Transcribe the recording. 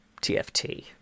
tft